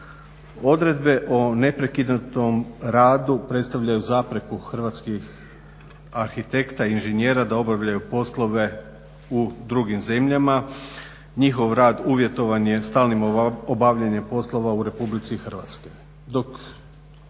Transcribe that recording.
Odredbe o neprekinutom radu predstavljaju zapreku hrvatskih arhitekta i inženjera da obavljaju poslove u drugim zemljama. Njihov rad uvjetovan je stalnim obavljanjem poslova u RH dok